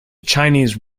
chinese